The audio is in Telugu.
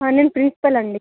నేను ప్రిన్సిపాల్ అండి